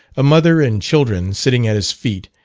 a mother and children sitting at his feet,